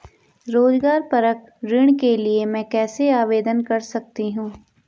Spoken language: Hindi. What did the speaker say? रोज़गार परक ऋण के लिए मैं कैसे आवेदन कर सकतीं हूँ?